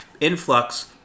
influx